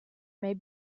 may